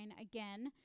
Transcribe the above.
again